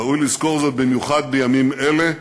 ראוי לזכור זאת במיוחד בימים אלה,